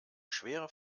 schwere